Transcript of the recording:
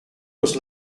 was